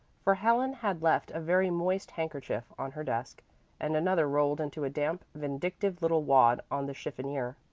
for helen had left a very moist handkerchief on her desk and another rolled into a damp, vindictive little wad on the chiffonier.